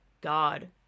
god